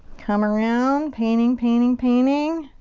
come around. painting, painting, painting.